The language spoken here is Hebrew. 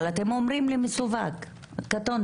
אבל אתם אומרים לי מסווג - קטונתי,